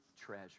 treasure